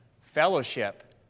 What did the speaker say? Fellowship